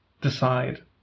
decide